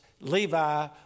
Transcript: Levi